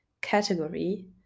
category